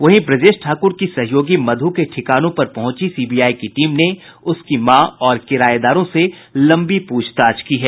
वहीं ब्रजेश ठाक्र की सहयोगी मध् के ठिकानों पर पहुंची सीबीआई की टीम ने उसकी मां और किरायेदारों से लंबी प्रछताछ की है